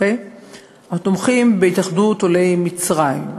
אנחנו תומכים בהתאחדות עולי מצרים,